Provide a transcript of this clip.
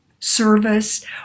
service